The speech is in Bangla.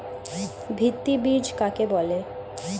ভিত্তি বীজ কাকে বলে?